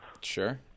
Sure